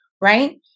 right